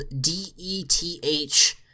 d-e-t-h